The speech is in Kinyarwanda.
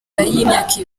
y’imyaka